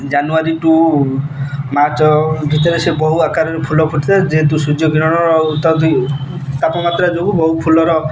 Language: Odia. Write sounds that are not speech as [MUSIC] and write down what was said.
ଜାନୁଆରୀ ଟୁ ମାର୍ଚ୍ଚ ଭିତରେ ସେ ବହୁ ଆକାରରେ ଫୁଲ ଫୁଟିଥାଏ ଯେହେତୁ ସୂର୍ଯ୍ୟ କିରଣର [UNINTELLIGIBLE] ତାପମାତ୍ରା ଯୋଗୁ ବହୁ ଫୁଲର